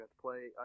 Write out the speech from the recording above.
play